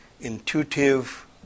intuitive